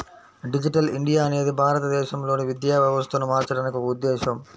digital India అనేది భారతదేశంలోని విద్యా వ్యవస్థను మార్చడానికి ఒక ఉద్ధేశం